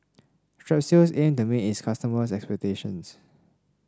strepsils aims to meet its customers' expectations